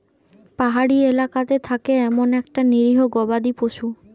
পাহাড়ি এলাকাতে থাকে এমন একটা নিরীহ গবাদি পশু